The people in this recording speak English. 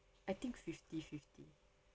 I think fifty fifty